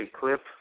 clip